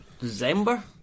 December